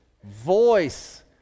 Voice